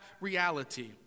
reality